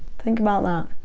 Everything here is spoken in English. think about that.